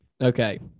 Okay